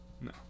No